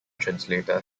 translator